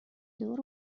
دور